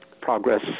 progress